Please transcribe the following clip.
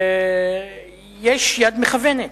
יש יד מכוונת.